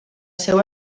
seu